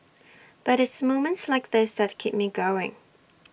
but it's moments like this that keep me going